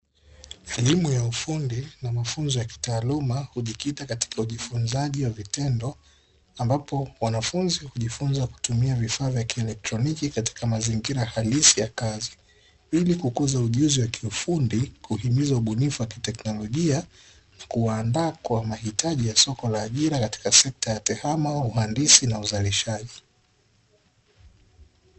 Elimu ya ufundi na mafunzo ya kitaaluma hujikita katika ujifunzaji wa vitendo ambapo wanafunzi kujifunza kutumia vifaa vya kielektroniki katika mazingira halisi ya kazi ili kukuza ujuzi wa kiufundi kuhimiza ubunifu wa kiteknolojia na kuwaandaa kwa mahitaji ya soko la ajira katika sekta ya tehama uhandisi na uzalishaji